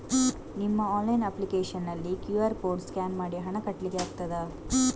ನಿಮ್ಮ online application ನಲ್ಲಿ QR code scan ಮಾಡಿ ಹಣ ಕಟ್ಲಿಕೆ ಆಗ್ತದ?